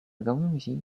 gałęzi